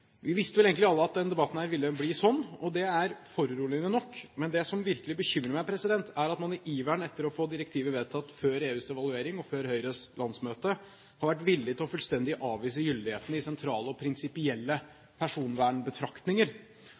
Vi visste vel egentlig alle at denne debatten ville bli sånn, og det er foruroligende nok. Men det som virkelig bekymrer meg, er at man i iveren etter å få direktivet vedtatt før EUs evaluering og før Høyres landsmøte, har vært villig til fullstendig å avvise gyldigheten i sentrale og prinsipielle personvernbetraktninger.